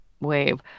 wave